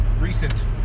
recent